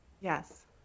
Yes